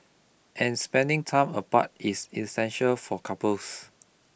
and spending time apart is essential for couples